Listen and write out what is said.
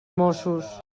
mossos